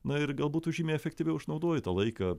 na ir galbūt tu žymiai efektyviau išnaudoji tą laiką